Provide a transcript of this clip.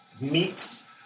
meats